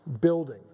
building